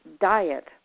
diet